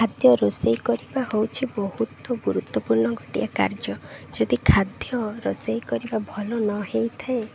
ଖାଦ୍ୟ ରୋଷେଇ କରିବା ହେଉଛି ବହୁତ ଗୁରୁତ୍ୱପୂର୍ଣ୍ଣ ଗୋଟିଏ କାର୍ଯ୍ୟ ଯଦି ଖାଦ୍ୟ ରୋଷେଇ କରିବା ଭଲ ନ ହୋଇଥାଏ